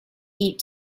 eat